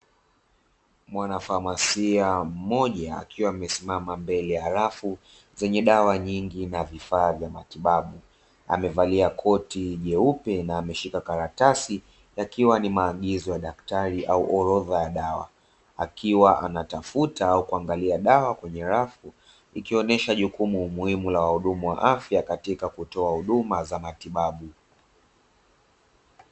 Mwanafamasia mmoja qkiwa maesimama mbelw ya rafu zenye dawa nyingi na vifaa vya matibabu, amevalia koti jeupe na ameshika karatasi yakiwa ni maagizo ya daktari au orodha ya dawa akiwa anatafuta au kuangalia dawa kwenye rafu, ikionesha jukumu muhimu la wahudumu wa afya katika kutoa huduma za matibabu.